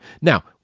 Now